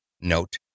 Note